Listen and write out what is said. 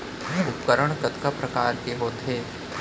उपकरण कतका प्रकार के होथे?